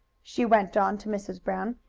she went on to mrs. brown.